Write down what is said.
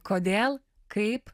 kodėl kaip